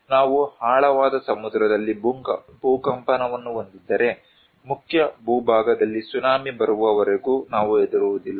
ನಾವು ಆಳವಾದ ಸಮುದ್ರದಲ್ಲಿ ಭೂಕಂಪವನ್ನು ಹೊಂದಿದ್ದರೆ ಮುಖ್ಯ ಭೂಭಾಗದಲ್ಲಿ ಸುನಾಮಿ ಬರುವವರೆಗೂ ನಾವು ಹೆದರುವುದಿಲ್ಲ